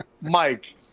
Mike